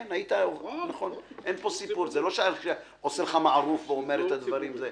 כן זה לא שאני עושה לך מערוף ואומר את הדברים.